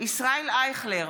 ישראל אייכלר,